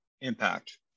impact